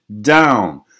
down